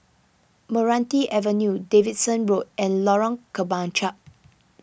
Meranti Avenue Davidson Road and Lorong Kemunchup